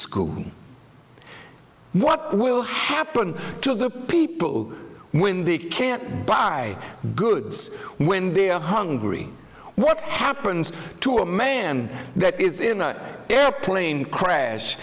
school what will happen to the people when they can't buy goods when they're hungry what happens to a man that is in an airplane crash